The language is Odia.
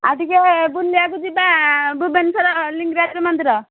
ଆଉ ଟିକିଏ ବୁଲିବାକୁ ଯିବା ଭୁବନେଶ୍ୱର ଲିଙ୍ଗରାଜ ମନ୍ଦିର